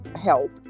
Help